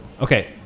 Okay